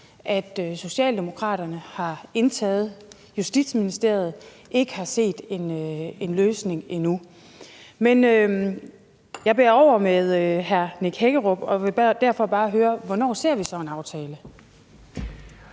at Socialdemokraterne har indtaget Justitsministeriet, ikke har set en løsning endnu. Men jeg bærer over med hr. Nick Hækkerup og vil derfor bare høre, hvornår vi så ser en aftale.